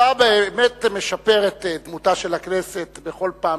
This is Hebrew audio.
אתה באמת משפר את דמותה של הכנסת בכל פעם